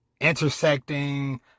intersecting